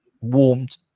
warmed